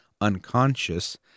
unconscious